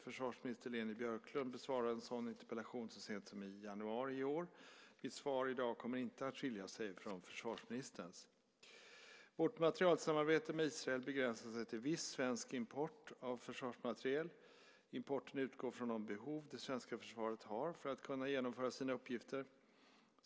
Försvarsminister Leni Björklund besvarade en sådan interpellation så sent som i januari i år. Mitt svar i dag kommer inte att skilja sig från försvarsministerns. Vårt materielsamarbete med Israel begränsar sig till viss svensk import av försvarsmateriel. Importen utgår från de behov det svenska försvaret har för att kunna genomföra sina uppgifter.